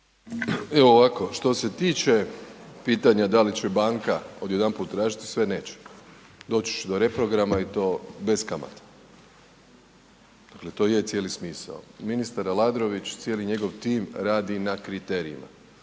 Evo ovako, što se tiče pitanja da li će banka odjedanput tražiti sve, neće. Dći će do reprograma i to bez kamata jer to je cijeli smisao. Ministar Aladrović, cijeli njegov tim radi na kriterijima,